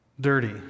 dirty